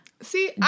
See